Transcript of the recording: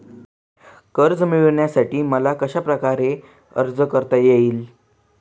कर्ज मिळविण्यासाठी मला कशाप्रकारे अर्ज करता येईल?